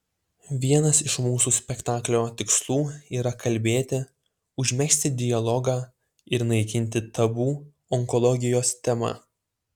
vienas iš mūsų spektaklio tikslų yra kalbėti užmegzti dialogą ir naikinti tabu onkologijos tema